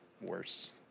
worse